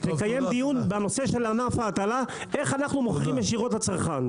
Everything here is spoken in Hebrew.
נקיים דיון בנושא של ענף ההטלה איך אנחנו מוכרים ישירות לצרכן.